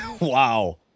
Wow